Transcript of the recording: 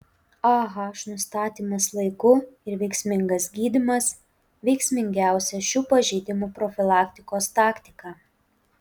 ah nustatymas laiku ir veiksmingas gydymas veiksmingiausia šių pažeidimų profilaktikos taktika